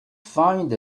find